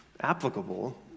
applicable